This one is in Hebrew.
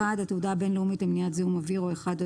התעודה הבין-לאומית למניעת זיהום אוויר או אחד או